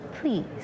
Please